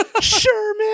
Sherman